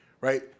right